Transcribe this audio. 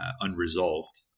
unresolved